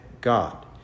God